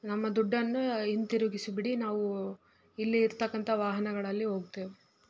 ನಮ್ಮ ದುಡ್ಡನ್ನು ಹಿಂತಿರುಗಿಸಿಬಿಡಿ ನಾವು ಇಲ್ಲಿ ಇರತಕ್ಕಂಥ ವಾಹನಗಳಲ್ಲಿ ಹೋಗ್ತೇವೆ